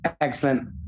Excellent